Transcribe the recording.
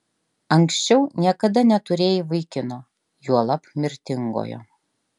anksčiau niekada neturėjai vaikino juolab mirtingojo